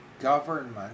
government